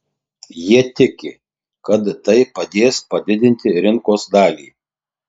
jie tiki kad tai padės padidinti rinkos dalį